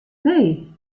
nee